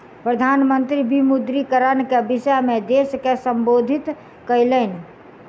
प्रधान मंत्री विमुद्रीकरण के विषय में देश के सम्बोधित कयलैन